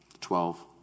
Twelve